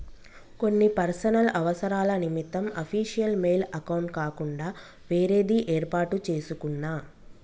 కొన్ని పర్సనల్ అవసరాల నిమిత్తం అఫీషియల్ మెయిల్ అకౌంట్ కాకుండా వేరేది యేర్పాటు చేసుకున్నా